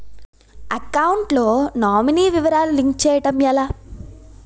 Account లో nominee వివరాలు link చేయటం ఎలా?